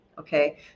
okay